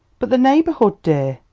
but the neighbourhood, dear!